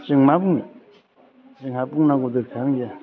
जों मा बुंनो जोंहा बुंनांगौ दरखारानो गैया